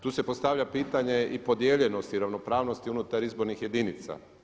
Tu se postavlja pitanje i podijeljenosti ravnopravnosti unutar izbornih jedinica.